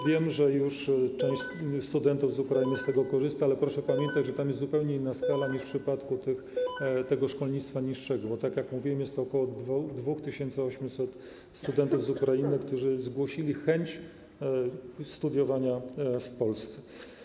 Wiem, że już część studentów z Ukrainy z tego korzysta, ale proszę pamiętać, że tam jest zupełnie inna skala niż w przypadku tego szkolnictwa niższego, bo tak jak mówiłem, jest to ok. 2800 studentów z Ukrainy, którzy zgłosili chęć studiowania w Polsce.